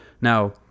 Now